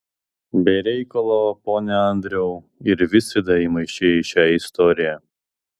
be reikalo pone andriau ir visvydą įmaišei į šią istoriją